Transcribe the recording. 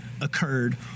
occurred